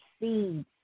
seeds